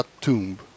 tomb